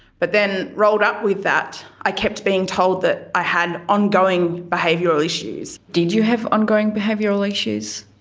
but then rolled up with that i kept being told that i had ongoing behavioural issues. did you have ongoing behavioural issues?